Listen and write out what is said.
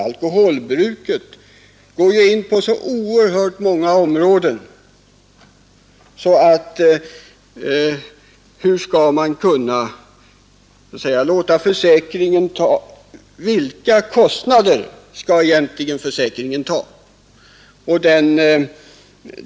Alkoholbruket går ju in på så oerhört många områden, och hur skall man kunna bedöma vilka kostnader försäkringen skall bära?